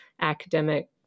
academic